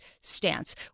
stance